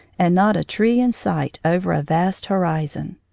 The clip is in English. and not a tree in sight over a vast horizon!